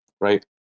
right